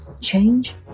change